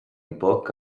book